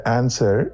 answer